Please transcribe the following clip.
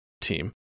team